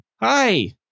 Hi